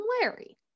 larry